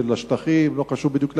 של השטחים לא קשור בדיוק לעניין,